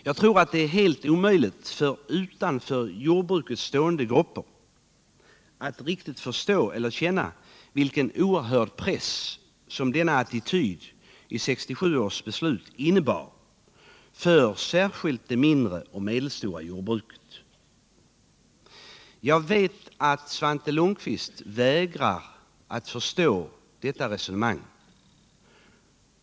Jag tror att det är helt omöjligt för utanför jordbruket stående grupper att riktigt förstå eller känna vilken oerhörd press denna attityd i 1967 års beslut innebar för särskilt det mindre och medelstora jordbruket. Jag vet att Svante Lundkvist vägrar att förstå detta resonemang.